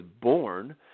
born